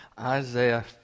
Isaiah